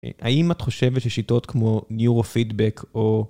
האם את חושבת ששיטות כמו Neurofeedback או...